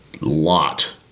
lot